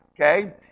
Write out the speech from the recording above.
Okay